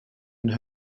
and